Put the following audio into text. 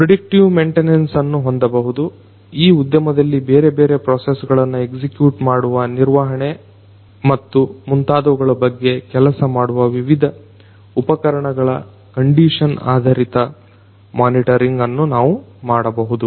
predictive maintenance ಅನ್ನು ಹೊಂದಬಹುದು ಈ ಉದ್ಯಮಗಳಲ್ಲಿ ಬೇರೆ ಬೇರೆ ಪ್ರೊಸೆಸ್ ಗಳನ್ನು ಎಕ್ಸಿಕ್ಯೂಟ್ ಮಾಡುವ ನಿರ್ವಹಣೆ ಮತ್ತು ಮುಂತಾದವುಗಳ ಬಗ್ಗೆ ಕೆಲಸ ಮಾಡುವ ವಿವಿಧ ಯಂತ್ರೋಪಕರಣಗಳ ಕಂಡಿಷನ್ ಆಧಾರಿತ ಮೊನಿಟರಿಂಗ್ ಅನ್ನು ನಾವು ಮಾಡಬಹುದು